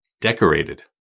decorated